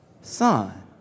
son